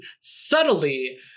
subtly